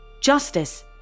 Justice